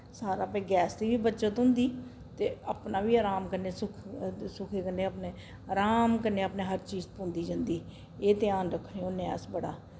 सारा भई गैस दी बी बचत होंदी ते अपना बी अराम कन्नै सुख सुखे कन्नै अपने अराम कन्नै अपने हर चीज थ्होंदी जंदी एह् ध्यान रक्खने होन्ने अस बड़ा